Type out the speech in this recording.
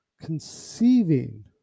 conceiving